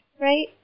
right